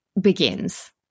begins